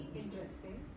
interesting